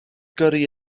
gyrru